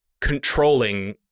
controlling